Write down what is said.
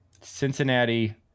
Cincinnati